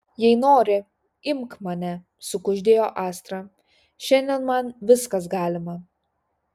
jei nori imk mane sukuždėjo astra šiandien man viskas galima